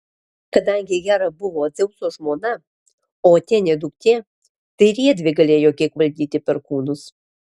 kadangi hera buvo dzeuso žmona o atėnė duktė tai ir jiedvi galėjo kiek valdyti perkūnus